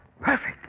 Perfect